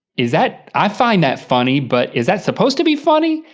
is that, i find that funny but is that supposed to be funny?